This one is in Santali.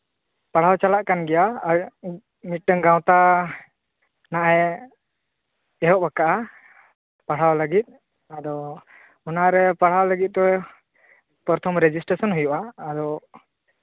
ᱯᱟᱲᱦᱟᱣ ᱪᱟᱞᱟᱜ ᱠᱟᱱ ᱜᱮᱭᱟ ᱟᱨ ᱢᱤᱫᱴᱟᱱ ᱜᱟᱶᱛᱟ ᱱᱚᱜᱼᱚᱭ ᱮᱦᱚᱵ ᱠᱟᱜᱼᱟ ᱯᱟᱲᱦᱟᱣ ᱞᱟᱹᱜᱤᱫ ᱟᱫᱚ ᱚᱱᱟᱨᱮ ᱯᱟᱲᱦᱟᱣ ᱞᱟᱹᱜᱤᱫ ᱫᱚ ᱯᱨᱚᱛᱷᱚᱢ ᱨᱮᱡᱤᱥᱴᱨᱮᱥᱚᱱ ᱦᱩᱭᱩᱜᱼᱟ ᱟᱫᱚ